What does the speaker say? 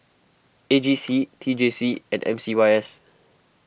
A G C T J C and M C Y S